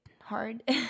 hard